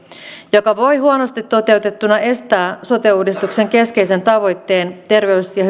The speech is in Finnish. joka voi huonosti toteutettuna estää sote uudistuksen keskeisen tavoitteen terveys ja